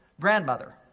grandmother